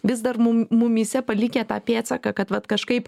vis dar mum mumyse palikę tą pėdsaką kad vat kažkaip